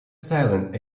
silent